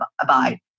abide